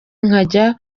nkajya